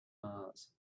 mars